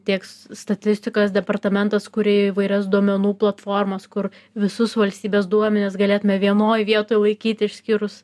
tieks statistikos departamentas kuri įvairias duomenų platformos kur visus valstybės duomenis galėtume vienoj vietoj laikyt išskyrus